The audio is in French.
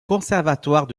conservatoire